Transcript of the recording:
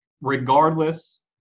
regardless